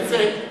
דב חנין,